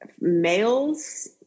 males